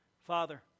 Father